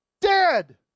Dead